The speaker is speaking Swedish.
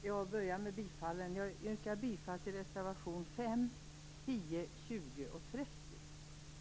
Fru talman! Jag yrkar först bifall till reservationerna 5, 10, 20 och 30.